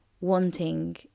wanting